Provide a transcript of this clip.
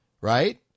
Right